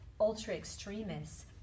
ultra-extremists